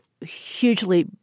hugely